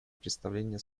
представление